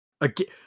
Again